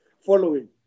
following